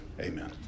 Amen